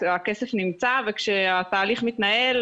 הכסף נמצא וכשהתהליך מתנהל,